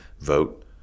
vote